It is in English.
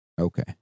Okay